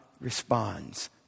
responds